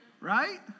Right